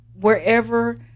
Wherever